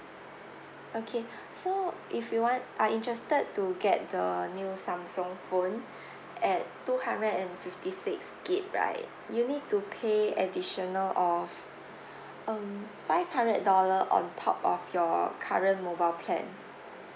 okay so if you want are interested to get the new Samsung phone at two hundred and fifty six gig right you need to pay additional of um five hundred dollar on top of your current mobile plan